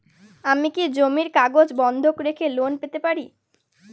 আমি কি জমির কাগজ বন্ধক রেখে লোন পেতে পারি?